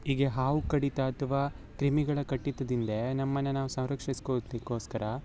ಹೀಗೆ ಹಾವು ಕಡಿತ ಅಥ್ವಾ ಕ್ರಿಮಿಗಳ ಕಡಿತದಿಂದ ನಮ್ಮನ್ನು ನಾವು ಸಂರಕ್ಷಿಸಿಕೊಳ್ದಿಕ್ಕೋಸ್ಕರ